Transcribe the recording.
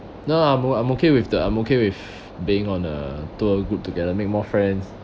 no I'm I'm okay with the I'm okay with being on a tour group together make more friends